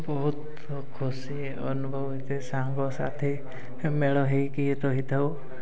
ବହୁତ ଖୁସି ଅନୁଭବ ହୋଇଥାଏ ସାଙ୍ଗସାଥି ମେଳ ହେଇକି ରହିଥାଉ